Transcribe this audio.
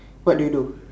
what do you do